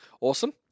Awesome